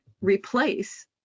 replace